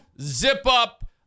zip-up